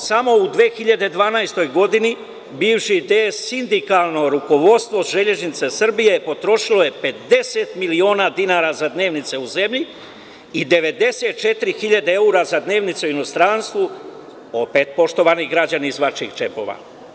Osmo, samo u 2012. godini bivši DS sindikalno rukovodstvo Železnica Srbije potrošila je 50 miliona dinara za dnevnice u zemlji i 94.000 evra za dnevnice u inostranstvu, opet, poštovani građani, iz vaših džepova.